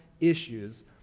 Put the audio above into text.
issues